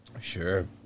Sure